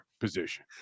position